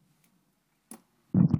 אדוני היושב-ראש, חבריי חברי הכנסת, קודם כול,